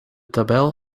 tabel